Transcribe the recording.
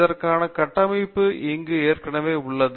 இதற்கான கட்டமைப்பு இங்கு ஏற்கனவே உள்ளது